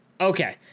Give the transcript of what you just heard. okay